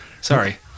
Sorry